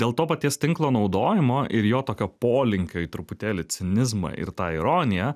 dėl to paties tinklo naudojimo ir jo tokio polinkio į truputėlį cinizmą ir tą ironiją